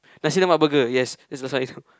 Nasi-Lemak burger yes is a size